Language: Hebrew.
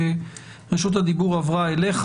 שרשות הדיבור עברה אליך.